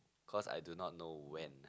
cause I do not know when